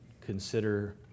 consider